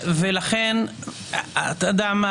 ולכן, אתה יודע מה?